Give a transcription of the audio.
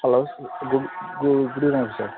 hello கு good கு good evening sir